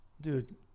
Dude